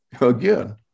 again